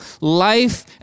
life